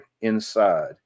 inside